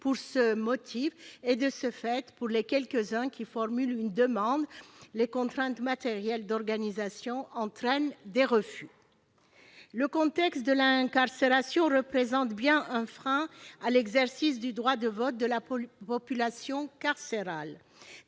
pour ce motif, et, de ce fait, pour les quelques-uns qui formulent une demande, les contraintes matérielles d'organisation entraînent des refus. Le contexte de l'incarcération représente bien un frein à l'exercice du droit de vote de la population carcérale.